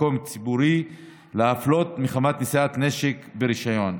מקום ציבורי להפלות מחמת נשיאת נשק ברישיון,